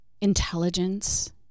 intelligence